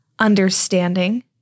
understanding